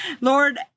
lord